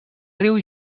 riu